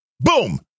boom